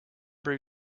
brew